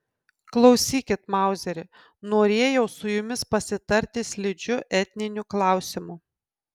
klausykit mauzeri norėjau su jumis pasitarti slidžiu etniniu klausimu